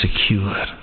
secure